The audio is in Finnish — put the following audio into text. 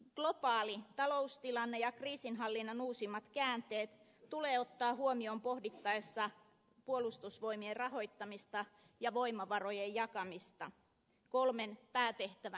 globaali taloustilanne ja kriisinhallinnan uusimmat käänteet tulee ottaa huomioon pohdittaessa puolustusvoimien rahoittamista ja voimavarojen jakamista kolmen päätehtävän osalle